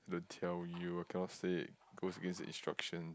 don't tell you I cannot say it goes against the instructions